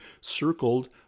circled